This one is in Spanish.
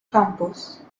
campus